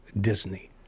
Disney